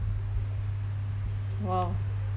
!wow!